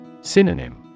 Synonym